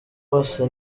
bose